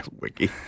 Wiki